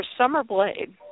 Summerblade